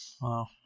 Wow